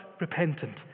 repentant